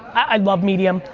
i love medium,